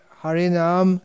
harinam